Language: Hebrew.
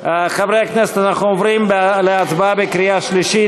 חברי הכנסת, אנחנו עוברים להצבעה בקריאה שלישית.